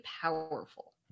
powerful